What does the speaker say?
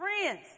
Friends